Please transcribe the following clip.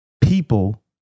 people